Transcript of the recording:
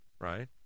right